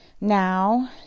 now